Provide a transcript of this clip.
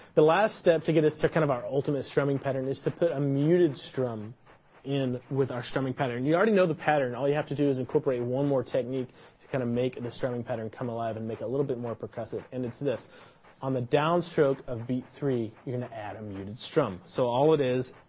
the last step to get us to kind of our ultimate strumming pattern is to put a muted strum in with our strumming pattern. and you already know the pattern, all you have to do is incorporate one more technique to kind of make the strumming pattern come alive and make it a little bit more percussive, and it's this on the downstroke of beat three, you're gonna add a muted strum, so all it is,